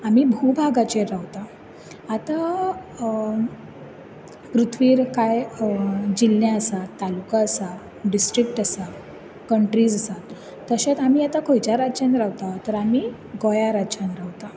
आमी भू भागाचेर रावता आतां पृथ्वीर कांय जिल्ले आसात तालुका आसा डिस्ट्रीक्ट आसा कन्ट्रीज आसा तशेंत आमी आतां खंयच्याय राज्यान रावता तर आमी गोंया राज्यान रावता